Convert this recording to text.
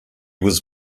was